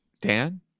Dan